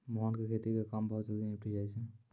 मोहन के खेती के काम बहुत जल्दी निपटी जाय छै